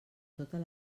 totes